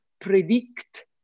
predict